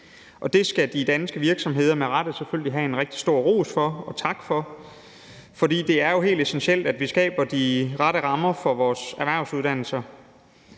Det skal de danske virksomheder med rette selvfølgelig have en rigtig stor ros for og tak for, for det er jo helt essentielt, at vi skaber de rette rammer for vores erhvervsuddannelser.